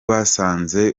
basanze